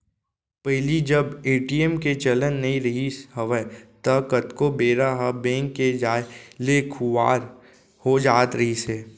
पहिली जब ए.टी.एम के चलन नइ रिहिस हवय ता कतको बेरा ह बेंक के जाय ले खुवार हो जात रहिस हे